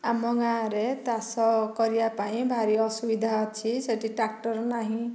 ଆମ ଗାଁରେ ଚାଷ କରିବା ପାଇଁ ଭାରି ଅସୁବିଧା ଅଛି ସେଠି ଟ୍ରାକ୍ଟର ନାହିଁ